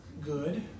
good